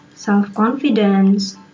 self-confidence